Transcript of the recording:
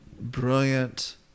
brilliant